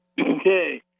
Okay